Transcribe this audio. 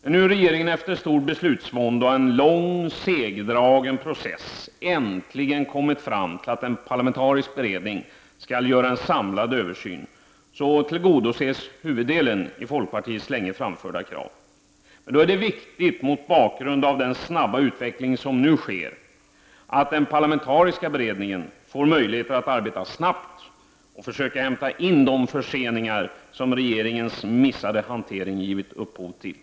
När nu regeringen efter stor beslutsvånda och en lång och segdragen process äntligen kommit fram till att en parlamentarisk beredning skall göra en samlad översyn, tillgodoses huvuddelen i folkpartiets länge framförda krav. Det är då viktigt, mot bakgrund av den snabba utveckling som nu sker att den parlamentariska beredningen får möjligheter att arbeta snabbt och försöka hämta in de förseningar som regeringens missade hanteringar har givit upphov till.